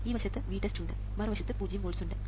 ഈ വശത്ത് VTEST ഉണ്ട് മറുവശത്ത് പൂജ്യം വോൾട്സ് ഉണ്ട്